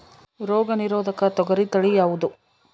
ರೋಗ ನಿರೋಧಕ ತೊಗರಿ ತಳಿ ಯಾವುದು?